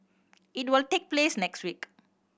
it will take place next week